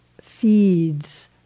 feeds